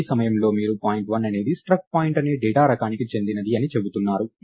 ఈ సమయంలో మీరు పాయింట్ 1 అనేది struct point అనే డేటా రకానికి చెందినది అని చెబుతున్నారు